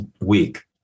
week